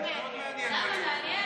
מאוד מעניין,